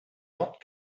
not